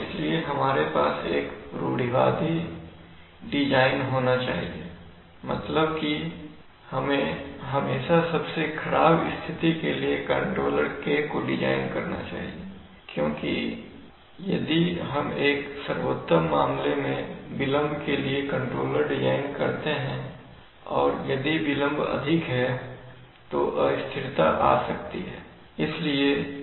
और इसलिए हमारे पास एक रूढ़िवादी डिजाइन होना चाहिए मतलब कि हमें हमेशा सबसे खराब स्थिति के लिए कंट्रोलर k को डिज़ाइन करना चाहिए क्योंकि यदि हम एक सर्वोत्तम मामले में विलंब के लिए कंट्रोलर डिज़ाइन करते हैं और यदि विलंब अधिक है तो अस्थिरता आ सकती है